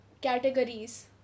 categories